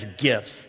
gifts